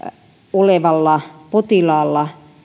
olevalla potilaalla